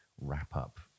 wrap-up